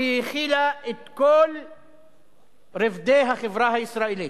שהיא הכילה את כל רובדי החברה הישראלית: